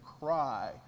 cry